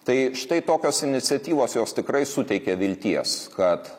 tai štai tokios iniciatyvos jos tikrai suteikia vilties kad